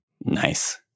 Nice